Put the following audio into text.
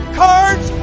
cards